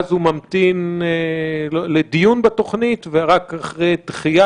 ואז הוא ממתין לדיון בתוכנית; ורק אחרי דחייה